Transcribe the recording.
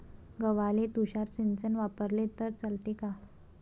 गव्हाले तुषार सिंचन वापरले तर चालते का?